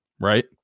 Right